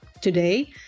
Today